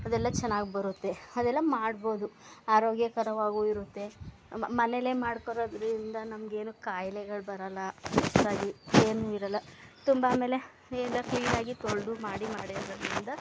ಅದೆಲ್ಲ ಚೆನ್ನಾಗಿ ಬರುತ್ತೆ ಅದೆಲ್ಲ ಮಾಡ್ಬೋದು ಆರೋಗ್ಯಕರವಾಗಿಯೂ ಇರುತ್ತೆ ಮನೇಲೇ ಮಾಡ್ಕೊಳ್ಳೋದ್ರಿಂದ ನಮಗೇನೂ ಕಾಯಿಲೆಗಳು ಬರಲ್ಲ ಹಾಗಾಗಿ ಏನು ಇರಲ್ಲ ತುಂಬ ಆಮೇಲೆ ಎಲ್ಲ ಕ್ಲೀನಾಗಿ ತೊಳೆದು ಮಾಡಿ ಮಾಡಿರೋದರಿಂದ